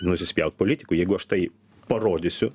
nusispjaut politikui jeigu aš tai parodysiu